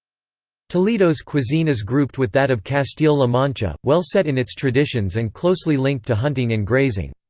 toledo's cuisine is grouped with that of castile-la mancha, well-set in its traditions and closely linked to hunting and grazing.